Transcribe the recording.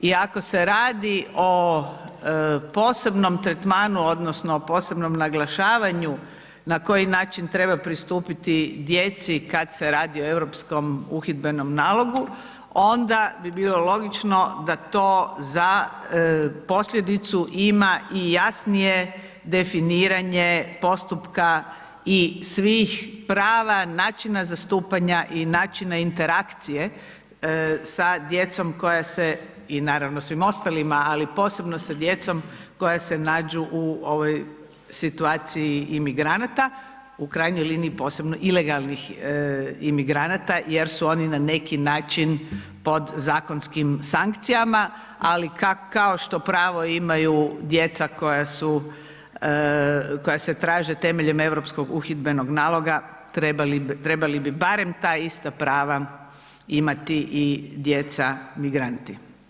I ako se radi o posebnom tretmanu odnosno posebnom naglašavanju na koji način trebaju pristupiti djeci kad se radi o Europskom uhidbenom nalogu onda bi bilo logično da to za posljedicu ima i jasnije definiranje postupka i svih prava načina zastupanja i načina interakcije sa djecom koja se, i naravno svim ostalima, ali posebno sa djecom koja se nađu ovoj situaciji imigranata, u krajnjoj liniji posebno ilegalnih imigranata jer su oni na neki način pod zakonskim sankcijama, ali kao što pravo imaju djeca koja su, koja se traže temeljem Europskog uhidbenog naloga trebali bi barem ta ista prava imati i djeca migranti.